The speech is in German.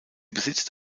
besitzt